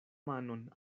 manon